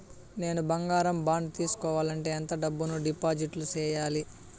నేను బంగారం బాండు తీసుకోవాలంటే ఎంత డబ్బును డిపాజిట్లు సేయాలి?